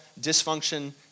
dysfunction